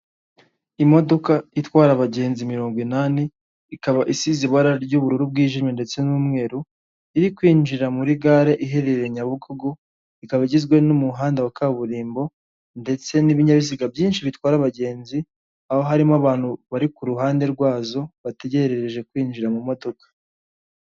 Imodoka itwara abagenzi mirongo inani, ikaba isize ibara ry'ubururu bwijimye ndetse n'umweru, iri kwinjira muri gare iherereye Nyabugogo, ikaba igizwe n'umuhanda wa kaburimbo, ndetse n'ibinyabiziga byinshi bitwara abagenzi, aho harimo abantu bari kuhande rwazo bategereje kwinjira mu modoka.